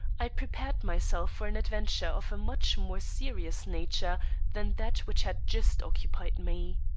i prepared myself for an adventure of a much more serious nature than that which had just occupied me.